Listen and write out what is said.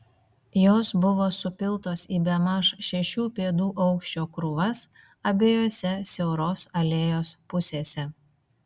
jos buvo supiltos į bemaž šešių pėdų aukščio krūvas abiejose siauros alėjos pusėse